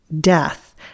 death